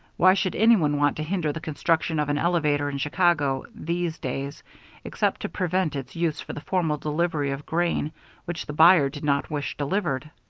why should any one want to hinder the construction of an elevator in chicago these days except to prevent its use for the formal delivery of grain which the buyer did not wish delivered?